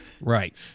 Right